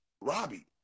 Robbie